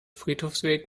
friedhofsweg